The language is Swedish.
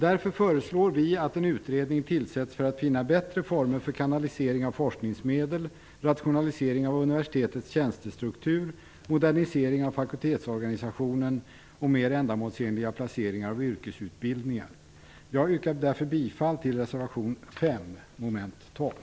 Därför föreslår vi att en utredning tillsätts för att finna bättre former för kanalisering av forskningsmedel, rationalisering av universitetets tjänstestruktur, modernisering av fakultetsorganisationen och mer ändamålsenliga placeringar av yrkesutbildningar. Jag yrkar därför bifall till reservation 5, mom. 12.